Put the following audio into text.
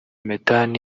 methane